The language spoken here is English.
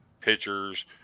pitchers